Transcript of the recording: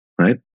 Right